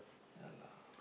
ya lah